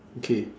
K